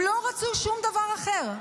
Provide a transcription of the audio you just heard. הם לא רצו שום דבר אחר.